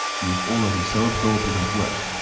he was already so absorbed in his work,